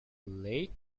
late